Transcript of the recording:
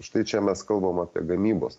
štai čia mes kalbam apie gamybos